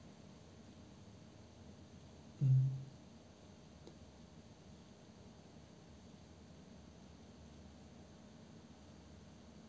mm